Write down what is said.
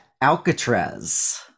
Alcatraz